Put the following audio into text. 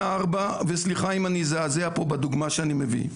וסליחה אם אני אזעזע פה בדוגמה שאני מביא.